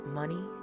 money